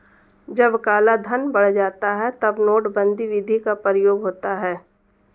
जब कालाधन बढ़ जाता है तब नोटबंदी विधि का प्रयोग होता है